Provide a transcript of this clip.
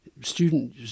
student